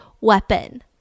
weapon